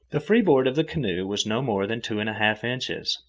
the freeboard of the canoe was no more than two and a half inches,